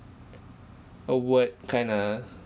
a word kind of